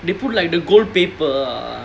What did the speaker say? they put like the gold paper ah